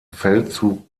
feldzug